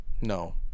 No